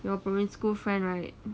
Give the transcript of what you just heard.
your primary school friend right